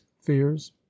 fears